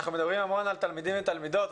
אנחנו מדברים המון על תלמידים ותלמידות,